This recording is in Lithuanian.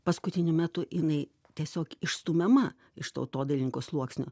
paskutiniu metu jinai tiesiog išstumiama iš tautodailininko sluoksnio